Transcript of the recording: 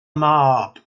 mab